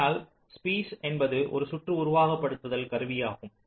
ஆனால் ஸ்பீஸ் என்பது ஒரு சுற்று உருவகப்படுத்துதல் கருவியாகும்